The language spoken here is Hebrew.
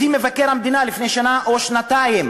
לפי דוח מבקר המדינה מלפני שנה או שנתיים,